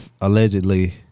allegedly